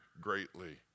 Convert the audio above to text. greatly